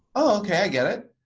okay i get it,